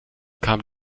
kamen